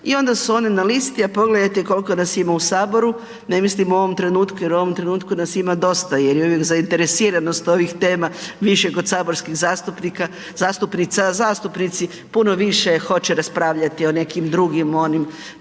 i onda su one na listi, a pogledajte kolko nas ima u saboru, ne mislim u ovom trenutku, jer u ovom trenutku nas ima dosta jer je uvijek zainteresiranost ovih tema više kod saborskih zastupnika, zastupnica, a zastupnici puno više hoće raspravljati o nekim drugim onim